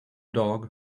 dog